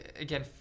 again